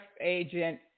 agent